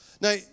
Now